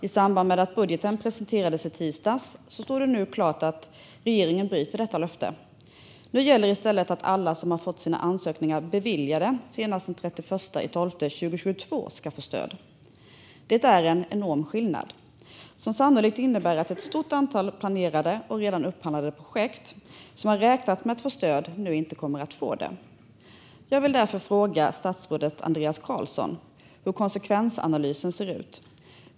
I samband med att budgeten presenterades i tisdags står det nu klart att regeringen bryter detta löfte. Nu gäller i stället att alla som har fått sina ansökningar beviljade senast den 31 december 2022 ska få stöd. Det är en enorm skillnad som sannolikt innebär att ett stort antal planerade och redan upphandlade projekt, som har räknat med att få stöd, nu inte kommer att få stöd. Jag vill därför fråga statsrådet Andreas Carlson hur konsekvensanalysen ser ut.